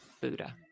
Buddha